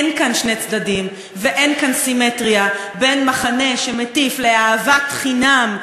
אין כאן שני צדדים ואין כאן סימטריה בין מחנה שמטיף לאהבת חינם,